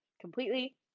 completely